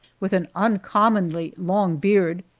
with an uncommonly long beard,